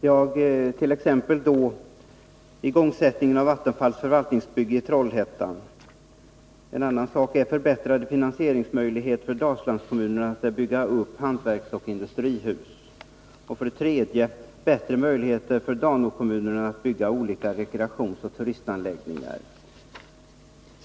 Det gällde för det första igångsättningen av Vattenfalls förvaltningsbyggnad i Trollhättan, för det andra förbättrade finansieringsmöjligheter för Dalslandskommunerna att bygga upp hantverksoch industrihus och för det tredje bättre möjligheter för Dalslandskommunerna att bygga olika rekreationsoch turistanläggningar.